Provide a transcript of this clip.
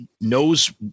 knows